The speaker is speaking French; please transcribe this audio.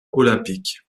olympique